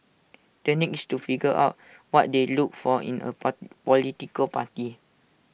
the next to figure out what they looked for in A part political party